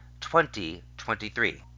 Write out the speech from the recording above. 2023